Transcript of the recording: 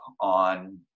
on